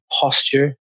posture